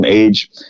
Age